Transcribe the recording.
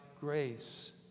grace